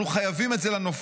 אנחנו חייבים את זה לנופלים,